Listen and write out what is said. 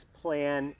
plan